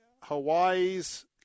Hawaii's